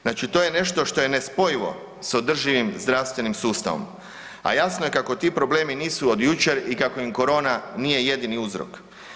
Znači to je nešto što je nespojivo sa održivim zdravstvenim sustavom a jasno je kako ti problemi nisu od jučer i kako im korona nije jedini uzrok.